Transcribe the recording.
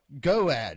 Goad